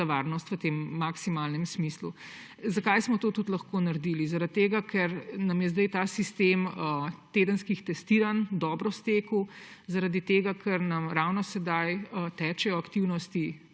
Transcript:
varnost v tem maksimalnem smislu. Zakaj smo to tudi lahko naredili? Ker nam je zdaj ta sistem tedenskih testiranj dobro stekel, ker nam ravno sedaj tečejo aktivnosti